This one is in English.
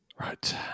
Right